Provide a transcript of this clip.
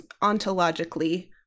ontologically